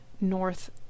north